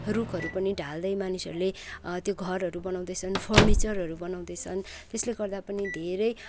रुखहरू पनि ढाल्दै मानिसहरूले त्यो घरहरू बनाउँदैछन् फर्निचरहरू बनाउँदैछन् त्यसले गर्दा पनि धेरै